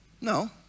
No